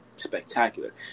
Spectacular